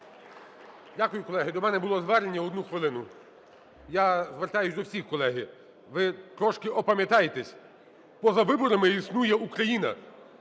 Дякую. Колеги, до мене було звернення. Одну хвилину. Я звертаюсь до всіх, колеги. Ви трошки опам'ятайтесь: поза виборами існує Україна.